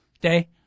day